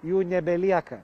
jų nebelieka